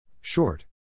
Short